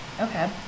okay